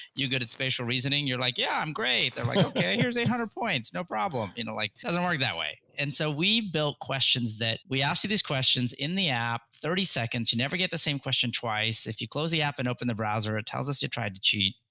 you good at spatial reasoning. you're like yeah, i'm great they're like okay here's one hundred points, no problem. it like doesn't work that way. and so we built questions that we ask you these questions in the app, thirty seconds, you never get the same question twice. if you close the app and open the browser, it tells us you tried to cheat,